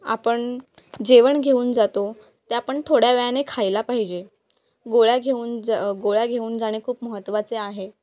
आपण जेवण घेऊन जातो त्या आपण थोड्या वेळाने खायला पाहिजे गोळ्या घेऊन जा गोळ्या घेऊन जाणे खूप महत्त्वाचे आहे